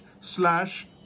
slash